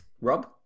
Rob